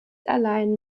allein